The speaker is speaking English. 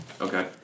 okay